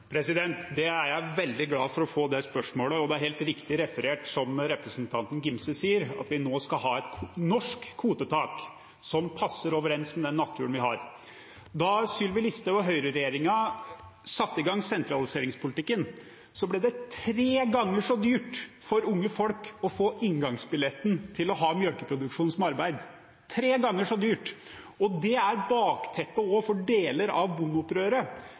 er veldig glad for å få det spørsmålet. Det er helt riktig referert, det representanten Gimse sier, at vi nå skal ha et norsk kvotetak som passer overens med den naturen vi har. Da Sylvi Listhaug og høyreregjeringen satte i gang sentraliseringspolitikken, ble det tre ganger så dyrt for unge folk å få inngangsbilletten til å ha melkeproduksjon som arbeid – tre ganger så dyrt. Det er også bakteppet for deler av